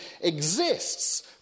exists